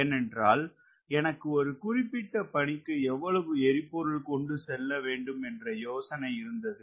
ஏனென்றால் எனக்கு ஒரு குறிப்பிட்ட பணிக்கு எவ்வளவு எரிபொருள் கொண்டு செல்ல வேண்டும் என்ற யோசனை இருந்தது